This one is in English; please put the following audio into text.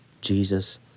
Jesus